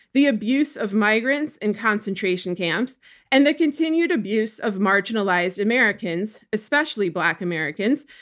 the abuse of migrants in concentration camps and the continued abuse of marginalized americans, especially black americans,